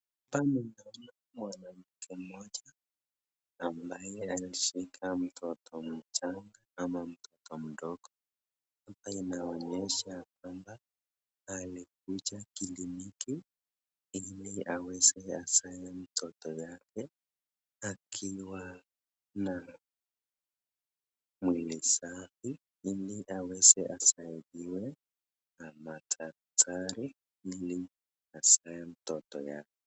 Hapa ninaona mwanamkie mmoja ambaye ameshika mtoto mchanga ama mtoto mdogo, hapa inaonyesha kwamba alikuja kliniki ili aweze azae mtoto yake akiwa na mwelezaji ili aeze asaidiwe na madaktari ili azae mtoto yake.